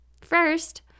First